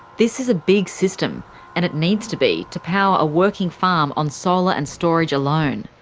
this is a big system and it needs to be, to power a working farm on solar and storage alone.